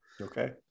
okay